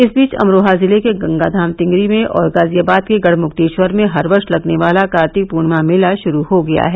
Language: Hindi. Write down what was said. इस बीच अमरोहा जिले के गंगाधाम तिगरी में और गाजियाबाद के गढ़मुक्तेश्वर में हर वर्ष लगने वाला कार्तिक पूर्णिमा मेला शुरू हो गया है